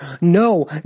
No